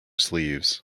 sleeves